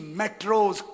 metros